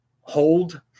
Hold